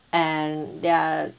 and there are